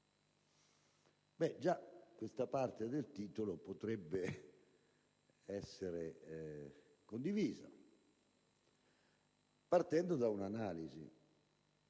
Già questa parte del titolo potrebbe essere condivisa, partendo da un'analisi: